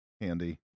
handy